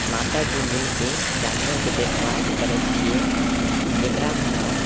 माताजी मिलिकऽ जानवरके देखभाल करै छिए जकरामे हम